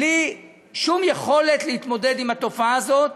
בלי שום יכולת להתמודד עם התופעה הזאת,